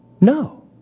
no